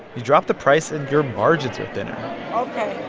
you drop the price, and your margins are thinner ok.